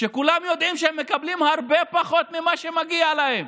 כולם יודעים שהם מקבלים הרבה פחות ממה שמגיע להם.